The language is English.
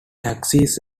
taxis